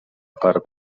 per